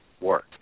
work